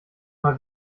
mal